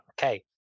Okay